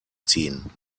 ziehen